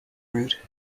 route